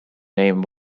name